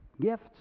gifts